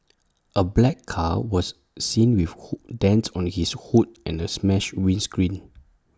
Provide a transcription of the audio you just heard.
A black car was seen with who dents on its hood and A smashed windscreen